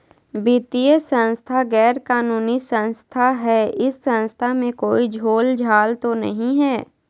वित्तीय संस्था गैर कानूनी संस्था है इस संस्था में कोई झोलझाल तो नहीं है?